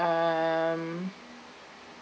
um